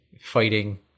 fighting